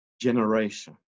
Generation